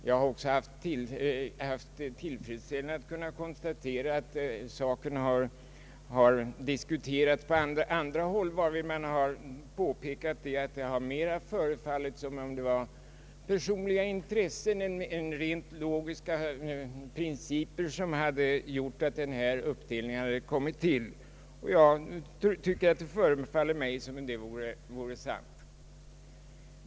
Jag har också haft tillfredsställelsen att kunna konstatera att saken diskuterats även på annat håll. Man har därvid påpekat att det förefaller som om det snarare var pensonliga intressen än rent logiska principer som gjort att denna uppdelning kommit till. Det förefaller mig som om detta vore sant.